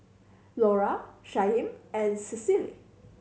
Lora Shyheim and Cicely